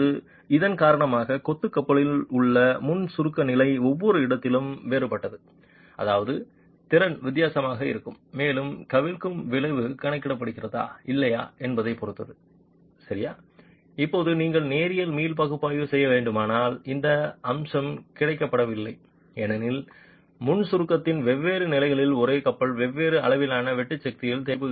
இப்போது இதன் காரணமாக கொத்து கப்பலில் உள்ள முன் சுருக்க நிலை ஒவ்வொரு இடத்திலும் வேறுபட்டது அதாவது திறன் வித்தியாசமாக இருக்கும் மேலும் கவிழ்க்கும் விளைவு கணக்கிடப்படுகிறதா இல்லையா என்பதைப் பொறுத்தது சரியா இப்போது நீங்கள் நேரியல் மீள் பகுப்பாய்வு செய்ய வேண்டுமானால் இந்த அம்சம் கணக்கிடப்படவில்லை ஏனெனில் முன் சுருக்கத்தின் வெவ்வேறு நிலைகளில் ஒரே கப்பல் வெவ்வேறு அளவிலான வெட்டு சக்தியில் தோல்வியடையும்